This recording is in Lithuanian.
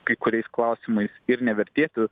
kai kuriais klausimais ir nevertėtų